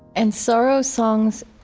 and sorrow songs,